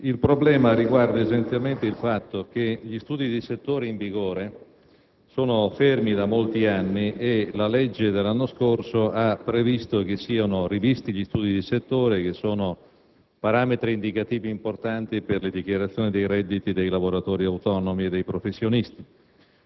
Il problema riguarda essenzialmente il fatto che gli studi di settore in vigore sono fermi da molti anni e che la legge dell'anno scorso ha previsto che essi siano rivisti in quanto parametri indicativi importanti per le dichiarazioni dei redditi dei lavoratori autonomi e dei professionisti.